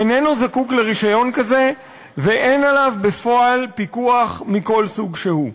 איננו זקוק לרישיון כזה ואין עליו בפועל פיקוח מכל סוג שהוא.